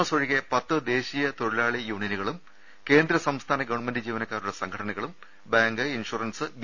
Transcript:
S ഒഴികെ പത്ത് ദേശീയ തൊഴി ലാളി യൂണിയനുകളും കേന്ദ്ര സംസ്ഥാന ഗവൺമെന്റ് ജീവനക്കാരുടെ സംഘ ടനകളും ബാങ്ക് ഇൻഷൂറൻസ് ബി